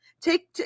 Take